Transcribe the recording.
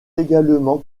également